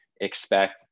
expect